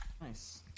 Nice